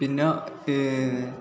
പിന്ന